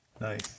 Nice